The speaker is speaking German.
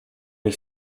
ich